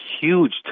huge